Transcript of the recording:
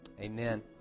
amen